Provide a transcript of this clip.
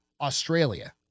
Australia